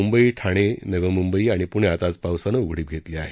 म्ंबई ठाणे नवी म्ंबई आणि प्ण्यात आज पावसानं उघडीप घेतली आहे